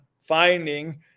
finding